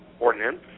ordinance